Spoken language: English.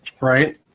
Right